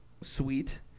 sweet